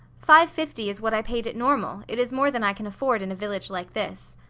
five-fifty is what i paid at normal, it is more than i can afford in a village like this.